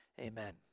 Amen